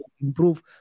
improve